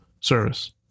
Service